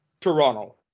Toronto